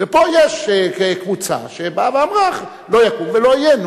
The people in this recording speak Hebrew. ופה יש קבוצה שבאה ואמרה: לא יקום ולא יהיה.